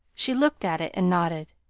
she looked at it and nodded.